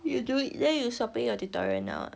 you do it then you swapping your tutorial now ah